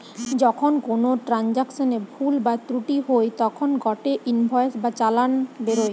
যখন কোনো ট্রান্সাকশনে ভুল বা ত্রুটি হই তখন গটে ইনভয়েস বা চালান বেরোয়